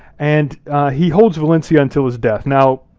and he holds valencia until his death. now,